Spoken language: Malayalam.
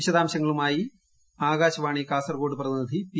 വിശദാംശങ്ങളുമായി ആകാശവാണി കാസർകോഡ് പ്രതിനിധി പി